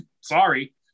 sorry